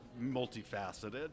multifaceted